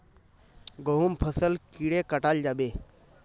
गहुम फसल कीड़े कटाल जाबे?